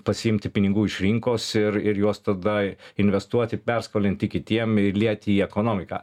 pasiimti pinigų iš rinkos ir ir juos tada investuoti perskolinti kitiem įlieti į ekonomiką